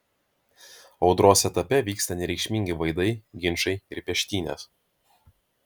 audros etape vyksta nereikšmingi vaidai ginčai ir peštynės